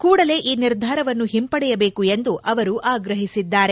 ಕೂಡಲೇ ಈ ನಿರ್ಧಾರವನ್ನು ಹಿಂಪಡೆಯಬೇಕು ಎಂದು ಅವರು ಆಗ್ರಹಿಸಿದ್ದಾರೆ